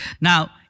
Now